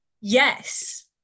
yes